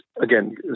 again